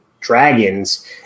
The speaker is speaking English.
Dragons